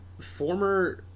former